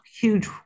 huge